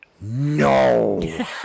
no